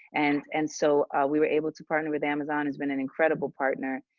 and and so we were able to partner with amazon has been an incredible partner,